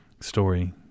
story